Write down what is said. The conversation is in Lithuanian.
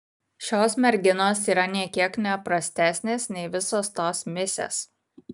šios merginos yra nė kiek ne prastesnės nei visos tos misės